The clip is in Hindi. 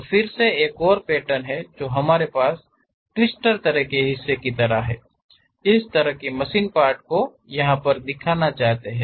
और फिर से एक और पैटर्न हैं और हमारे पास वह ट्विस्टर तरह का हिस्सा है इस तरह के मशीन पार्ट्स को हम यहा पर दिखाना चाहते हैं